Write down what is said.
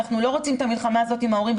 אנחנו לא רוצים את המלחמה הזאת עם ההורים,